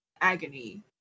agony